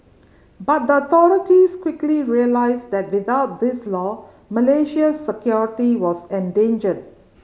but the authorities quickly realised that without this law Malaysia's security was endangered